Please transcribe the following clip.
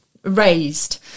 raised